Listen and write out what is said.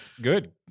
Good